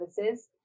services